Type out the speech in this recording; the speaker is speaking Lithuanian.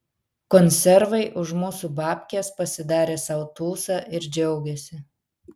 konservai už mūsų babkes pasidarė sau tūsą ir džiaugiasi